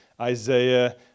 Isaiah